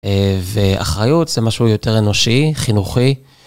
ואחריות זה משהו יותר אנושי, חינוכי.